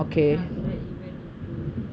then after that it went into